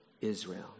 Israel